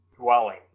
dwelling